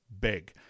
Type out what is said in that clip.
big